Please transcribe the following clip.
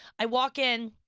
i walk in,